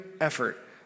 effort